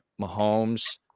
Mahomes